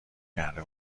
کرده